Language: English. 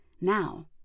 Now